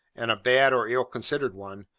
and a bad or ill-considered one,